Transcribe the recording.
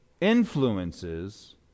influences